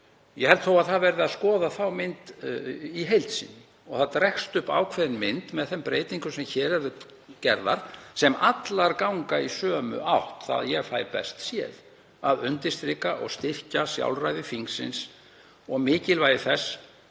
Ég held þó að skoða verði þá mynd í heild sinni og það dregst upp ákveðin mynd með þeim breytingum sem hér eru gerðar sem allar ganga í sömu átt, að því er ég fæ best séð, að undirstrika og styrkja sjálfræði þingsins og mikilvægi þess